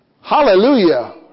Hallelujah